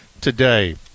today